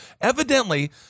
Evidently